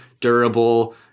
durable